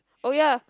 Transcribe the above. oh ya